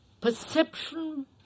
perception